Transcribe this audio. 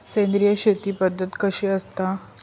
सेंद्रिय शेती पद्धत कशी असता?